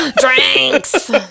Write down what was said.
drinks